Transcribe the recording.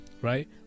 right